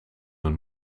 een